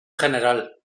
general